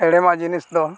ᱦᱮᱬᱮᱢᱟᱜ ᱡᱤᱱᱤᱥ ᱫᱚ